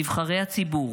נבחרי הציבור,